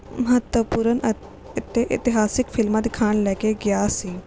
ਮਹੱਤਵਪੂਰਨ ਅਤੇ ਅਤੇ ਇਤਿਹਾਸਿਕ ਫਿਲਮਾਂ ਦਿਖਾਉਣ ਲੈ ਕੇ ਗਿਆ ਸੀ